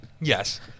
Yes